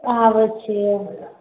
आबै छियै